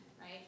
right